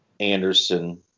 Anderson